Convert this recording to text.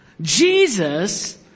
Jesus